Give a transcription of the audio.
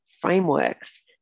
frameworks